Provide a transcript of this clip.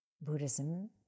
Buddhism